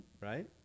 right